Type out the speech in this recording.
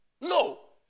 No